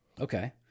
Okay